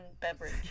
beverage